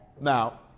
Now